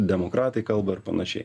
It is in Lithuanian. demokratai kalba ar panašiai